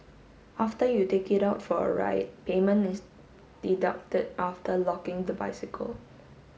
after you take it out for a ride payment is deducted after locking the bicycle